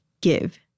give